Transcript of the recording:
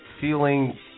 feeling